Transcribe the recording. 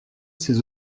ses